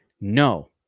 no